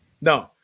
No